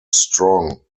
strong